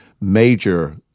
major